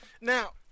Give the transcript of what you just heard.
Now